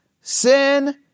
sin